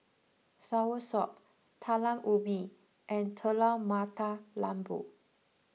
Soursop Talam Ubi and Telur Mata Lembu